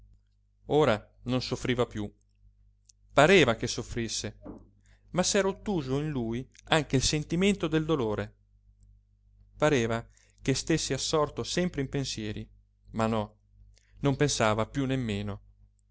ora non soffriva piú pareva che soffrisse ma s'era ottuso in lui anche il sentimento del dolore pareva che stésse assorto sempre in pensieri ma no non pensava piú nemmeno